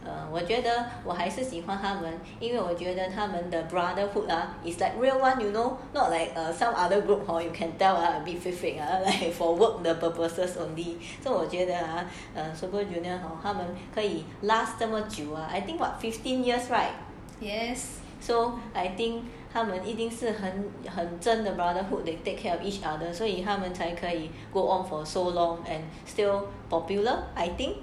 err 我觉得我还是喜欢他们因为我觉得他们的 brotherhod ah it's like real [one] you know not like or some other group hor you can tell a bit fake fake for work the purposes only so 我觉得 ah super junior hor 他们可以 last 这么久啊 I think about fifteen years right yes so I think 他们一定是很很真的 brotherhood they take care of each other 所以他们才可以 go on for so long and still popular I think